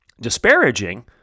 disparaging